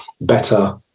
better